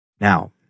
Now